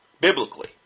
biblically